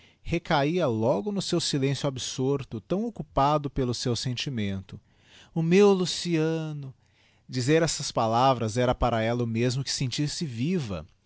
recahia logo no seu bílencio absorto tão occupado pelo seu sentimento o meu luciano dizer estas palavras era paraella o mesmo que sentir-se viva